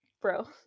bro